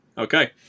Okay